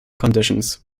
conditions